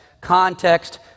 context